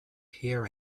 here